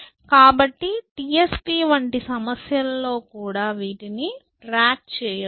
కాబట్టి T S P వంటి సమస్యల లో కూడా వీటిని ట్రాక్ చేయవచ్చు